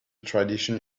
tradition